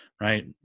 right